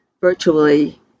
virtually